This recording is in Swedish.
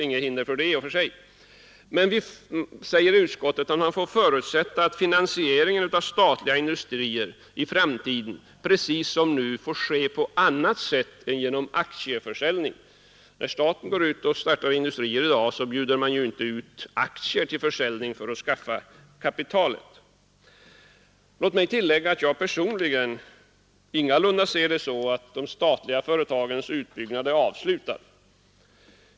Men vi säger i utskottet att man får förutsätta att finanseringen av statliga industrier i framtiden, precis som nu, får ske på annat sätt än genom aktieförsäljning. När staten i dag går ut och startar industrier bjuder man inte ut aktier till försäljning för att skaffa kapitalet. Låt mig tillägga att jag personligen ingalunda ser det så att de statliga företagens utbyggnad är avslutad.